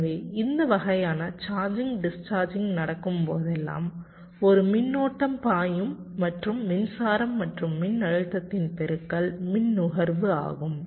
எனவே இந்த வகையான சார்ஜிங் டிஸ்சார்ஜிங் நடக்கும் போதெல்லாம் ஒரு மின்னோட்டம் பாயும் மற்றும் மின்சாரம் மற்றும் மின்னழுத்தத்தின் பெருக்கல் மின் நுகர்வு ஆகும்